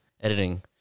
editing